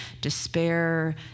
despair